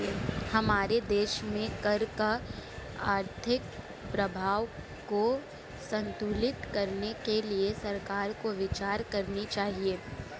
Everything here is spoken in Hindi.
हमारे देश में कर का आर्थिक प्रभाव को संतुलित करने के लिए सरकार को विचार करनी चाहिए